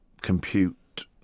compute